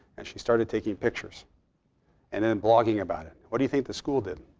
and she started taking pictures and and blogging about it. what do you think the school did?